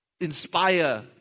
inspire